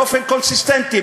באופן קונסיסטנטי,